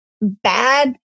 bad